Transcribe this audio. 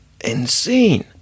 insane